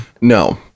No